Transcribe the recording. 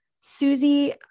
Susie